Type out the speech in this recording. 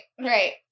right